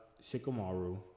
Shikamaru